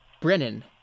brennan